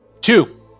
Two